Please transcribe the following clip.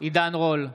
עידן רול,